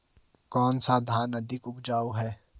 कौन सा धान अधिक उपजाऊ है?